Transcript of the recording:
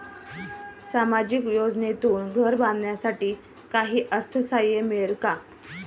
सामाजिक योजनेतून घर बांधण्यासाठी काही अर्थसहाय्य मिळेल का?